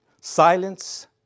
silence